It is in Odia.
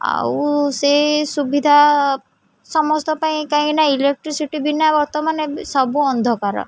ଆଉ ସେ ସୁବିଧା ସମସ୍ତଙ୍କ ପାଇଁ କାହିଁକିନା ଇଲେକ୍ଟ୍ରିସିଟି ବିନା ବର୍ତ୍ତମାନ ବି ସବୁ ଅନ୍ଧକାର